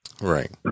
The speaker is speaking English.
Right